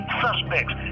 suspects